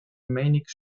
manic